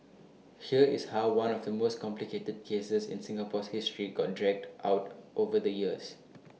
here is how one of the most complicated cases in Singapore's history got dragged out over the years